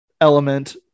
element –